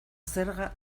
zerga